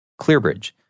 Clearbridge